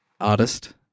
artist